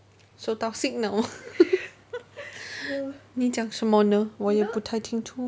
收到 signal 你讲什么呢我也不太清楚